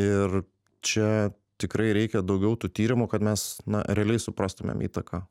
ir čia tikrai reikia daugiau tų tyrimų kad mes na realiai suprastumėm įtaką